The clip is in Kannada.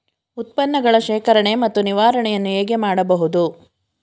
ಉತ್ಪನ್ನಗಳ ಶೇಖರಣೆ ಮತ್ತು ನಿವಾರಣೆಯನ್ನು ಹೇಗೆ ಮಾಡಬಹುದು?